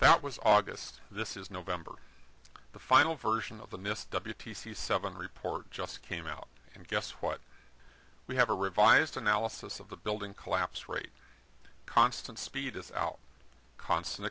that was august this is november the final version of the mist w t c seven report just came out and guess what we have a revised analysis of the building collapse rate constant speed as our constant